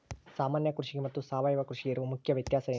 ಸಾಮಾನ್ಯ ಕೃಷಿಗೆ ಮತ್ತೆ ಸಾವಯವ ಕೃಷಿಗೆ ಇರುವ ಮುಖ್ಯ ವ್ಯತ್ಯಾಸ ಏನು?